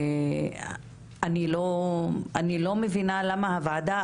אני לא מבינה למה הוועדה,